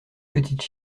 petites